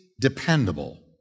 dependable